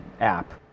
app